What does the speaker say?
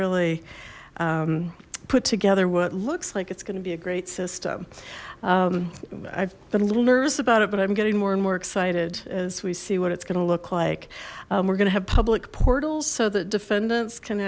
really put together what looks like it's going to be a great system i've been a little nervous about it but i'm getting more and more excited as we see what it's going to look like we're gonna have public portals so that defendants can